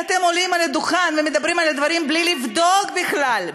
איך אתם עולים לדוכן ומדברים על הדברים בלי לבדוק בכלל?